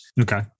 Okay